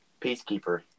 peacekeeper